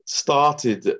started